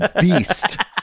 beast